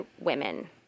women